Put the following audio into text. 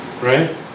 Right